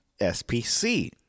SPC